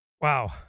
Wow